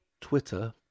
Twitter